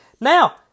Now